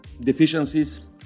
deficiencies